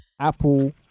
Apple